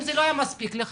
אם זה לא היה מספיק לך,